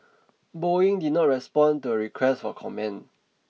Boeing did not respond to a request for comment